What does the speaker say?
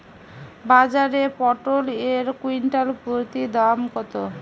বাজারে পটল এর কুইন্টাল প্রতি দাম কত?